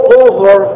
over